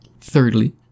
Thirdly